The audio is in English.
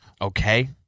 Okay